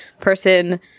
person